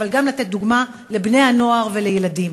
אבל גם לתת דוגמה לבני-הנוער ולילדים,